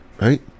Right